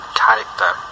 character